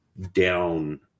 down